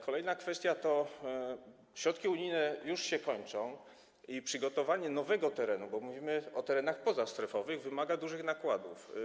Kolejna kwestia to środki unijne, które już się kończą, a przygotowanie nowego terenu, bo mówimy o terenach pozastrefowych, wymaga dużych nakładów.